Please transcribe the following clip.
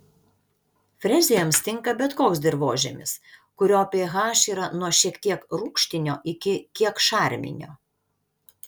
frezijoms tinka bet koks dirvožemis kurio ph yra nuo šiek tiek rūgštinio iki kiek šarminio